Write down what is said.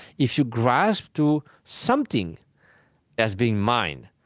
if you grasp to something as being mine,